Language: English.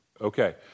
Okay